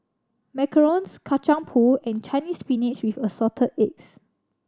macarons Kacang Pool and Chinese Spinach with Assorted Eggs